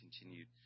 continued